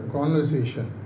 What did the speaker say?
Conversation